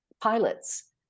pilots